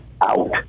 out